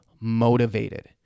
motivated